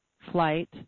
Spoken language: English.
flight